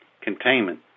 containment